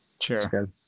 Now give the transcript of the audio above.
sure